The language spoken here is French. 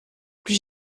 plus